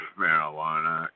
marijuana